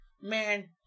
man